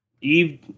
Eve